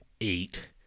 eight